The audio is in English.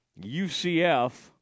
UCF